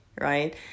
right